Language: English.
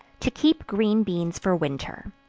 to keep green beans for winter.